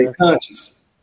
conscious